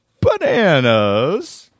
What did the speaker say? Bananas